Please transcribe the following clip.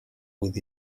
with